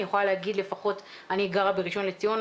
אני יכולה להגיד, אני גרה בראשון לציון.